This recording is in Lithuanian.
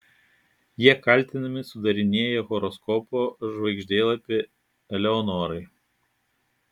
jie kaltinami sudarinėję horoskopo žvaigždėlapį eleonorai